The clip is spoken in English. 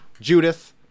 Judith